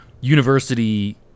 university